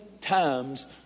times